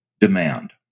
demand